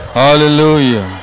hallelujah